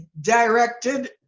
directed